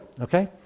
okay